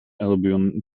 albion